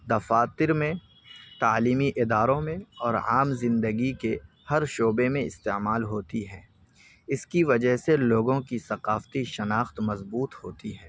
دفاتر میں تعلیمی اداروں میں اور عام زندگی کے ہر شعبے میں استعمال ہوتی ہے اس کی وجہ سے لوگوں کی ثقافتی شناخت مضبوط ہوتی ہے